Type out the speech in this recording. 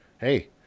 hey